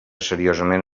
seriosament